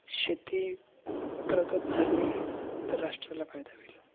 शेती प्रगत झाली तर राष्ट्राला फायदा होईल